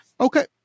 Okay